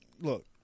Look